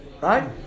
right